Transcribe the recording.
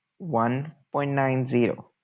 1.90